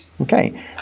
Okay